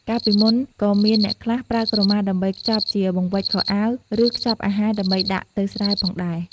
កាលពីមុនក៏មានអ្នកខ្លះ ប្រើក្រមាដើម្បីខ្ចប់ជាបង្វិចខោអាវ ឬ ខ្ចប់អាហារដើម្បីដាក់ទៅស្រែផងដែរ។